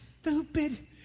stupid